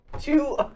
two